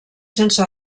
sense